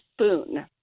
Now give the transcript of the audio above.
spoon